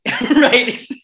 Right